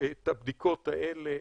את הבדיקות האלה